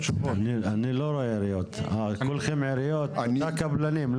אני יושב ראש איגוד מהנדסים.